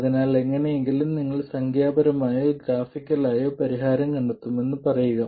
അതിനാൽ എങ്ങനെയെങ്കിലും നിങ്ങൾ സംഖ്യാപരമായോ ഗ്രാഫിക്കലായോ പരിഹാരം കണ്ടെത്തുമെന്ന് പറയുക